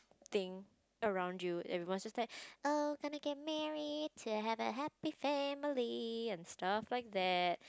thing around you everyone's just like oh gonna get married to have happy family and stuff like that